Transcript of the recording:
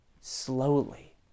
slowly